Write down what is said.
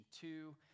two